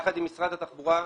יחד עם משרד התחבורה,